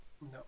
No